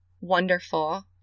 wonderful